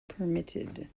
permitted